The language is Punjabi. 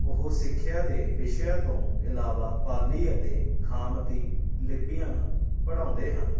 ਉਹ ਸਿੱਖਿਆ ਦੇ ਵਿਸ਼ਿਆਂ ਤੋਂ ਇਲਾਵਾ ਪਾਲੀ ਅਤੇ ਖਾਮਤੀ ਲਿਪੀਆਂ ਪੜ੍ਹਾਉਂਦੇ ਹਨ